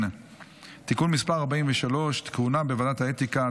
(תיקון מס' 43) (כהונה בוועדת האתיקה),